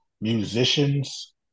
musicians